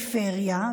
בפריפריה,